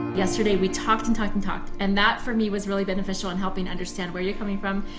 yesterday we talked and talked and talked, and that for me was really beneficial in helping understand where you're coming from,